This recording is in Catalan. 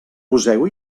poseu